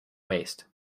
waste